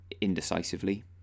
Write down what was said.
indecisively